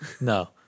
No